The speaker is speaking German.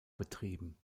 betrieben